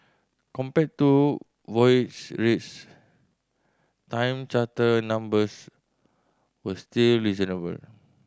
compared to voyage rates time charter numbers were still reasonable